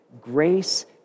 grace